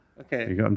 Okay